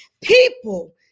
people